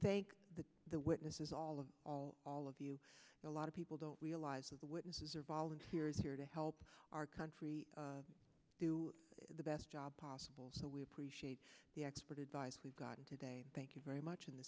thank the the witnesses all of all all of you a lot of people don't realize the witnesses are volunteers here to help our country do the best job possible so we appreciate the expert advice we've gotten today thank you very much in th